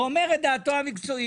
ואומר דעתו המקצועית,